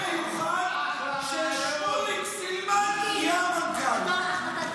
היתר מיוחד ששמוליק סילמן יהיה המנכ"ל.